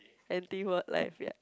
anti wildlife ya